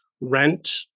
Rent